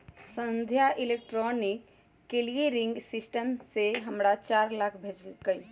संध्या electronic clearing system से हमरा चार लाख भेज लकई ह